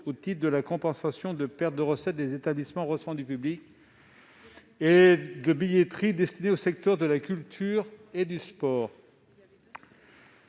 hauteur de 300 millions d'euros, des pertes de recettes des établissements recevant du public et des billetteries destinées au secteur de la culture et du sport.